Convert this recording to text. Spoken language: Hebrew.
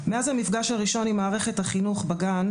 מאז המפגש הראשון עם מערכת החינוך בגן,